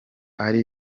ari